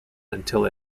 until